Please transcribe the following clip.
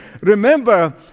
Remember